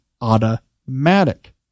automatic